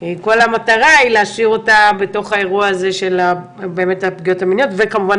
כל המטרה היא להשאיר אותה בתוך האירוע הזה של הפגיעות המיניות וכמובן,